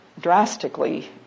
drastically